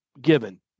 Given